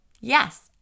Yes